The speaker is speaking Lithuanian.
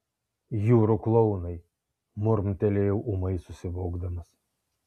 jūrų klounai murmtelėjau ūmai susivokdamas